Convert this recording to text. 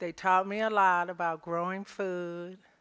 they taught me a lot about growing food